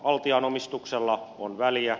altian omistuksella on väliä